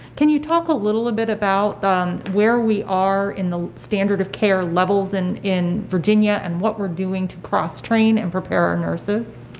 can you talk a little bit about where we are in the standard of care levels and in virginia and what we're doing to cross-train and prepare our nurses.